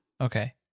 Okay